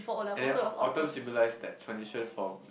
and then Autumn symbolise that transition from